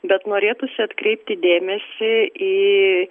bet norėtųsi atkreipti dėmesį į